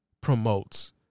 promotes